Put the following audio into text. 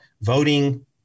voting